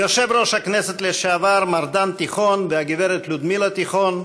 יושב-ראש הכנסת לשעבר מר דן תיכון והגברת לודמילה תיכון,